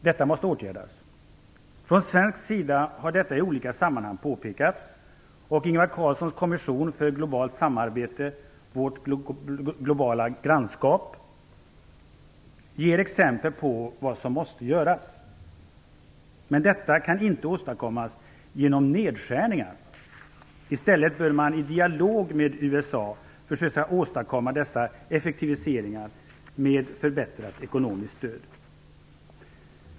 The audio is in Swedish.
Detta måste åtgärdas. Från svensk sida har detta i olika sammanhang påpekats, och Ingvar Carlssons kommission för globalt samarbete, "Vårt globala grannskap", ger exempel på vad som måste göras. Men detta kan inte åstadkommas genom nedskärningar. I stället bör man i dialog med USA försöka åstadkomma dessa effektiviseringar med förbättrat ekonomiskt stöd.